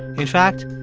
in fact,